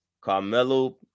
Carmelo